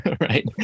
Right